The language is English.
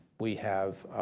we have